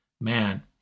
Man